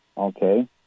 Okay